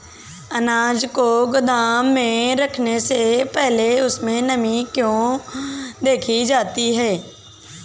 अनाज को गोदाम में रखने से पहले उसमें नमी को क्यो देखी जाती है?